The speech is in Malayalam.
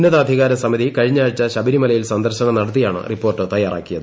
ഉന്നത അധികാര സമിതി കഴിഞ്ഞൂ ആഴ്ച ശബരിമലയിൽ സന്ദർശനം നടത്തിയാണ് റിപ്പോർട്ട് ത്യാറാക്കിയത്